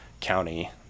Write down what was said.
county